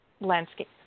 landscape